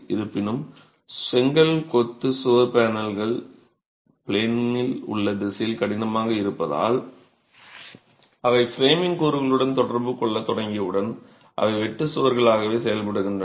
இருப்பினும் செங்கல் கொத்து சுவர் பேனல்கள் ப்ளேனில் உள்ள திசையில் கடினமாக இருப்பதால் அவை ஃப்ரேமிங் கூறுகளுடன் தொடர்பு கொள்ளத் தொடங்கியவுடன் அவை வெட்டு சுவர்களாகவே செயல்படுகின்றன